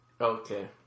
Okay